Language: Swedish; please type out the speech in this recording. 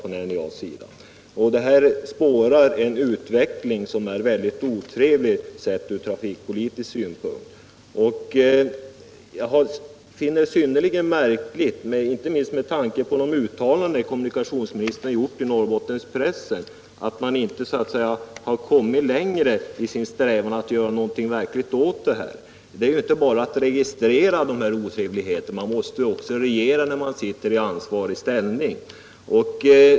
Vi kan här spåra en utveckling som är väldigt otrevlig från trafikpolitisk synpunkt. Jag finner det synnerligen märkligt, inte minst med tanke på de uttalanden kommunikationsministern gjort i Norrbottenspressen, att man inte kommit längre i strävan att göra något verkligt åt det här. Det är inte bara att registrera otrevligheterna — man måste också regera när man sitter i ansvarig ställning.